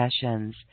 sessions